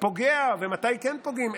פוגע ומתי כן פוגעים.